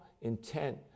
intent